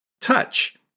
touch